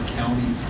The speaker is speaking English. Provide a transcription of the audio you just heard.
county